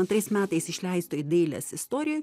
antrais metais išleistoj dailės istorijoj